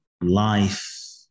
life